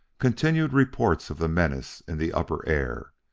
continued reports of the menace in the upper air.